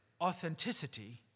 authenticity